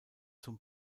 zum